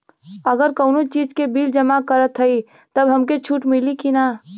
अगर कउनो चीज़ के बिल जमा करत हई तब हमके छूट मिली कि ना?